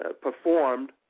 performed